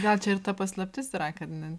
gal čia ir ta paslaptis yra kad ne